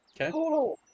Okay